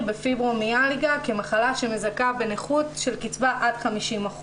בפיברומיאלגיה כמחלה שמזכה בנכות של קצבה עד 50%,